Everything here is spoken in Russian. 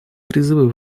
призывы